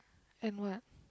and what